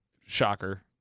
shocker